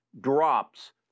drops